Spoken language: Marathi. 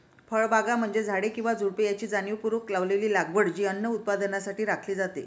फळबागा म्हणजे झाडे किंवा झुडुपे यांची जाणीवपूर्वक लावलेली लागवड जी अन्न उत्पादनासाठी राखली जाते